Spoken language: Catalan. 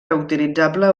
reutilitzable